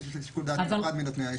יש לה שיקול דעת מיוחד מנותני האישור.